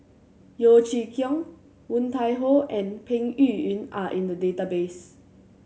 Yeo Chee Kiong Woon Tai Ho and Peng Yuyun are in the database